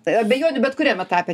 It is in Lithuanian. abejonių bet kuriam etape